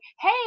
hey